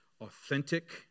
authentic